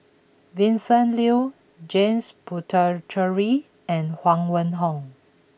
Vincent Leow James Puthucheary and Huang Wenhong